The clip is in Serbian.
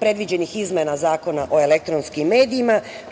predviđenih izmena Zakona o elektronskim medijima